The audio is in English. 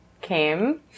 came